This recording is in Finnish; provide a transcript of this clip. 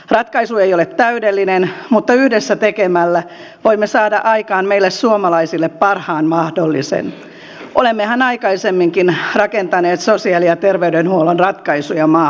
ratkaisu ei ole täydellinen mutta yhdessä tekemällä voimme saada aikaan meille suomalaisille parhaan mahdollisen olemmehan aikaisemminkin rakentaneet sosiaali ja terveydenhuollon ratkaisuja maahamme